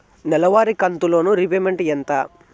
నెలవారి కంతు loan repayment ఎంత?